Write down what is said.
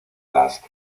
las